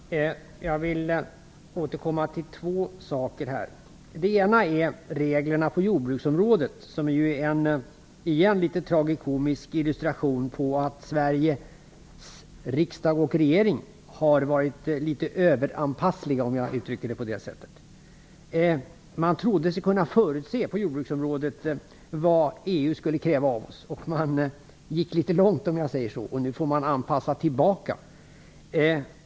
Fru talman! Jag vill återkomma till två saker. Den ena gäller reglerna på jordbruksområdet som är en litet tragikomisk illustration av att Sveriges riksdag och regering har varit överanpassliga, om jag får uttrycka det så. Man trodde sig kunna förutse vad EU skulle kräva av oss på jordbruksområdet. Man gick litet väl långt, och nu får man anpassa tillbaka.